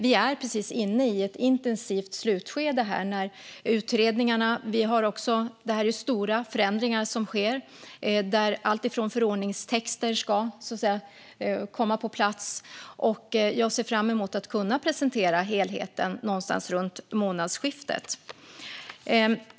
Vi är precis inne i ett intensivt slutskede med utredningarna. Det är stora förändringar som sker där förordningstexter ska komma på plats, och jag ser fram emot att kunna presentera helheten någon gång runt månadsskiftet.